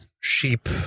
sheep